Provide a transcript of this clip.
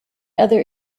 other